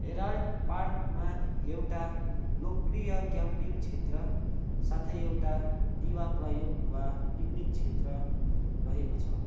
Herald पार्कमा एउटा लोकप्रिय क्याम्पिङ क्षेत्र साथै एउटा दिवा प्रयोग वा पिकनिक क्षेत्र रहेको छ